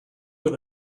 with